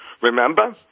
Remember